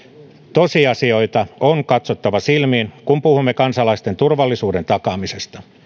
tosiasioita on katsottava silmiin kun puhumme kansalaisten turvallisuuden takaamisesta